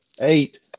eight